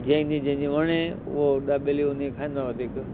जंहिंजी जंहिंजी वणे उहो दाबेली उन जी खाईंदो आहे वधीक